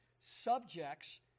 subjects